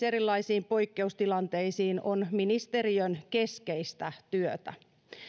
erilaisiin poikkeustilanteisiin on siis ministeriön keskeistä työtä